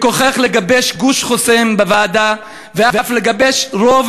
בכוחך לגבש גוש חוסם בוועדה ואף לגבש רוב